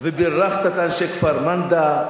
ובירכת את אנשי כפר-מנדא.